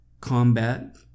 combat